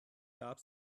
gab